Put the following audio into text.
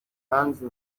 hanze